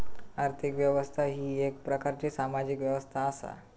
आर्थिक व्यवस्था ही येक प्रकारची सामाजिक व्यवस्था असा